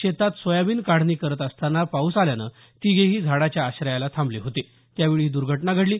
शेतात सोयाबीन काढणी करत असताना पाऊस आल्यामुळे तिघेही झाडाच्या आश्रयाला थांबले होते त्यावेळी ही दुर्घटना घडली